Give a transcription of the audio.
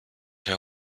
herr